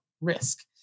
risk